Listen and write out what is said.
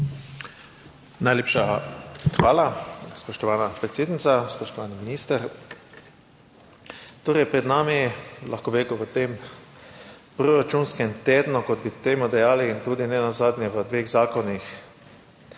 Najlepša hvala spoštovana predsednica, spoštovani minister. Torej pred nami, lahko bi rekel v tem proračunskem tednu, kot bi temu dejali in tudi nenazadnje v dveh zakonih